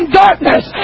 darkness